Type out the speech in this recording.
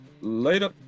Later